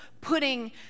putting